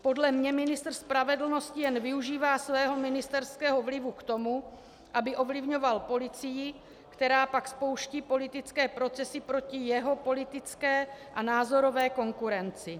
Podle mě ministr spravedlnosti jen využívá svého ministerského vlivu k tomu, aby ovlivňoval policii, která pak spouští politické procesy proti jeho politické a názorové konkurenci.